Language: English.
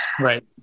Right